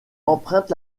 emprunte